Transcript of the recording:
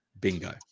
bingo